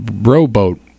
rowboat